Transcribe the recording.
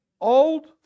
old